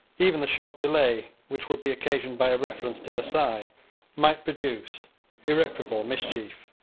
even the short delay which would be occasioned by a reference to versailles might produce irreparable mischief.